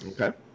Okay